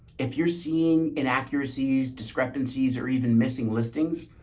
if you're seeing inaccuracies, discrepancies, or even missing listings,